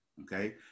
okay